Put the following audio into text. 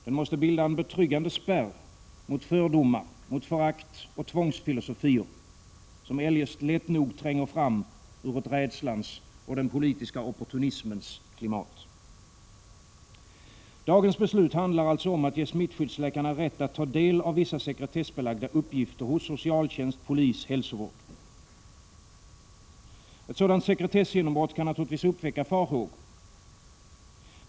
Den måste bilda en betryggande spärr mot fördomar, förakt och tvångsfilosofier, som eljest lätt nog tränger fram ur ett rädslans och den politiska opportunismens klimat. Dagens beslut handlar alltså om att ge smittskyddsläkarna rätt att ta del av vissa sekretessbelagda uppgifter hos socialtjänst, polis och hälsovård. Ett sådant sekretessgenombrott kan naturligtvis uppväcka farhågor.